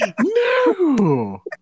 No